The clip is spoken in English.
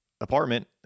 apartment